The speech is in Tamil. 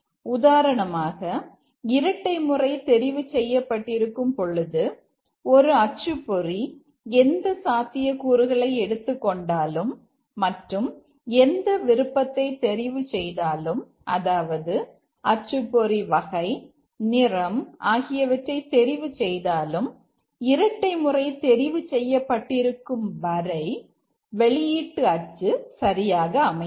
உதாரணமாக இரட்டை முறை தெரிவு செய்யப்பட்டிருக்கும் பொழுது ஒரு அச்சுப்பொறி எந்த சாத்தியக்கூறுகளை எடுத்துக்கொண்டாலும் மற்றும் எந்த விருப்பத்தை தெரிவு செய்தாலும் அதாவது அச்சுப்பொறி வகை நிறம் ஆகியவற்றை தெரிவு செய்தாலும் இரட்டை முறை தெரிவு செய்யப்பட்டிருக்கும் வரை வெளியீட்டு அச்சு சரியாக அமையாது